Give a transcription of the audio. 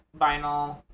vinyl